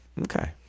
Okay